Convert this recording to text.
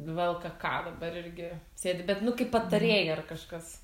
vlkk dabar irgi sėdi bet nu kaip patarėja ar kažkas